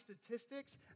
statistics